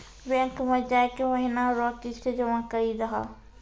bank मे जाय के महीना रो किस्त जमा करी दहो